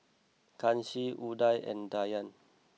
Kanshi Udai and Dhyan